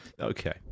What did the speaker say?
Okay